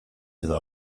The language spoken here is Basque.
edo